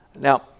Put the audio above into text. Now